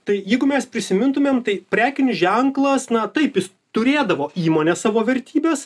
tai jeigu mes prisimintumėm tai prekinis ženklas na taip jis turėdavo įmonė savo vertybes